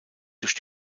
durch